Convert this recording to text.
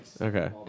Okay